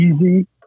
easy